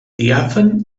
diàfan